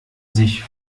sich